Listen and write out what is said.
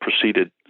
proceeded